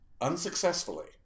unsuccessfully